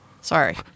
Sorry